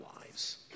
lives